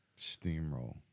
Steamroll